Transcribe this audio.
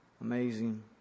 Amazing